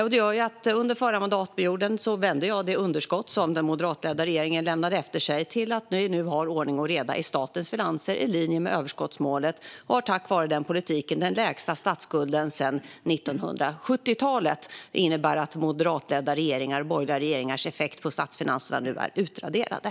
Under den förra mandatperioden vände jag det underskott som den moderatledda regeringen lämnade efter sig till att vi nu har ordning och reda i statens finanser i linje med överskottsmålet. Tack vare den politiken har vi den lägsta statsskulden sedan 1970-talet. Det innebär att borgerliga regeringars effekt på statsfinanserna nu är utraderade.